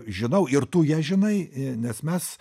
žinau ir tu ją žinai nes mes